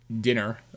dinner